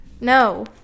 No